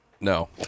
No